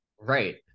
Right